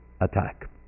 attack